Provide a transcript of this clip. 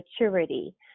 maturity